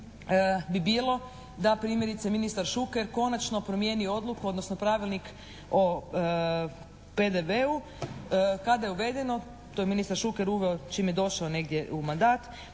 bi bilo da primjerice ministar Šuker konačno promijeni odluku, odnosno pravilnik o PDB-u kada je uvedeno, to je ministar Šuker uveo čim je došao negdje u mandat